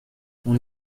اون